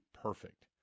perfect